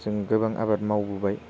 जों गोबां आबाद मावबोबाय